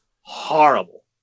horrible